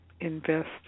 invest